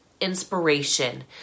inspiration